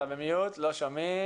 לא שומעים